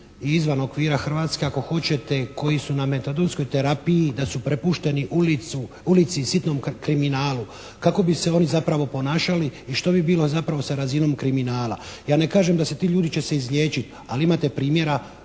izvan Hrvatske ako hoćete, koji su na metadonskoj terapiji da su prepušteni ulici i sitnom kriminalu, kako bi se oni zapravo ponašali i što bi bilo zapravo sa razinom kriminala. Ja ne kažem da će se ti ljudi izliječiti, ali imate primjera